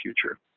future